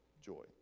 joy